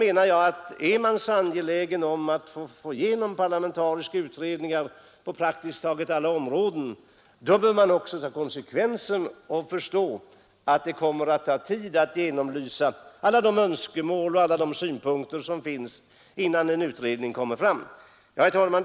Men är man så angelägen om att få igenom parlamentariska utredningar på praktiskt taget alla områden bör man också ta konsekvensen och förstå att det kommer att ta tid att genomlysa alla de önskemål och synpunkter som finns. Herr talman!